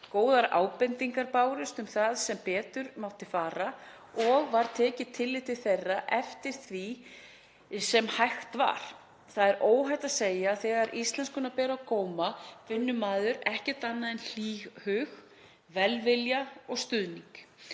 Góðar ábendingar bárust um það sem betur mátti fara og var tekið tillit til þeirra eftir því sem hægt var. Það er óhætt að segja að þegar íslenskuna ber á góma finnur maður ekkert annað en hlýhug, velvilja og stuðning.